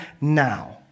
now